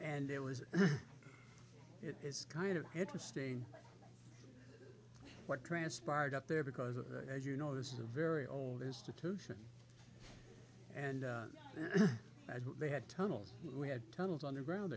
and there was it is kind of interesting what transpired up there because as you know this is a very old institution and they had tunnels we had tunnels underground